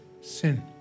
sin